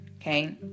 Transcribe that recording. Okay